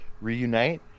reunite